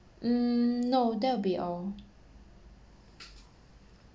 mm no that will be all